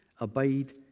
abide